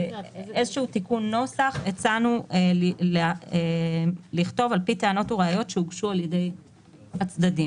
כתיקון נוסח הצענו לכתוב: "על פי טענות וראיות שהוגשו על ידי הצדדים".